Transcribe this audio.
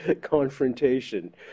confrontation